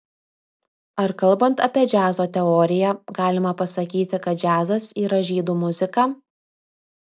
ar kalbant apie džiazo teoriją galima pasakyti kad džiazas yra žydų muzika